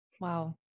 Wow